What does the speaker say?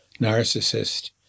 narcissist